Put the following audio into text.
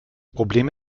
problem